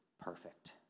perfect